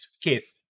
Keith